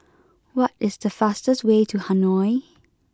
what is the fastest way to Hanoi